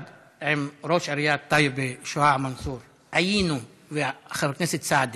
ראש עיריית טייבה שועאע מנצור וחבר הכנסת סעדי